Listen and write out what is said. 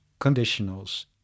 conditionals